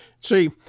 See